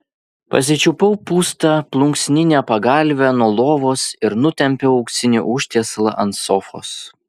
pasičiupau pūstą plunksninę pagalvę nuo lovos ir nutempiau auksinį užtiesalą ant sofos